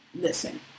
listen